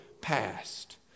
past